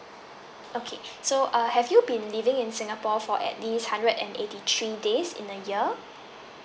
okay so err have you been living in singapore for at least hundred and eighty three days in a year